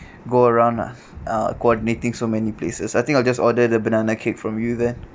go around ah uh coordinating so many places I think I'll just order the banana cake from you then